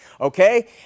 okay